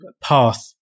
path